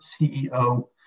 CEO